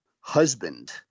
husband